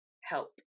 help